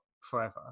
forever